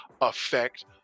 affect